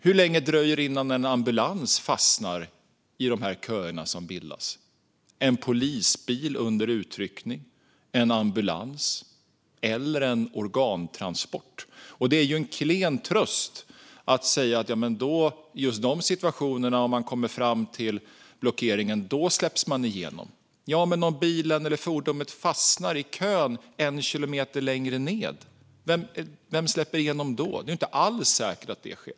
Hur länge dröjer det innan en ambulans, en polisbil under utryckning eller en organtransport fastnar i de köer som bildas? Det är en klen tröst om det sägs att man släpps igenom i just de situationerna om man kommer fram till blockeringen. Vad händer om fordonet fastnar i kön en kilometer längre ned? Vem släpper igenom det då? Det är inte alls säkert att det sker.